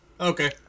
Okay